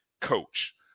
coach